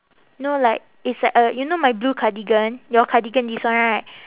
no like it's like a you know my blue cardigan your cardigan this one right